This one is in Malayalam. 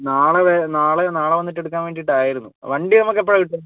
നാളെ വെ നാളെ നാളെ വന്നിട്ട് എടുക്കാൻ വേണ്ടിയിട്ടായിരുന്നു വണ്ടി നമുക്ക് എപ്പോഴാണ് കിട്ടുന്നത്